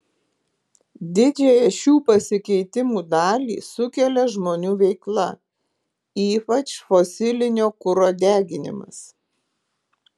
didžiąją šių pasikeitimų dalį sukelia žmonių veikla ypač fosilinio kuro deginimas